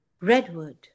redwood